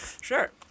Sure